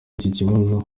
ikibazo